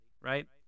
right